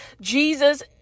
Jesus